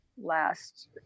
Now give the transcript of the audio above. last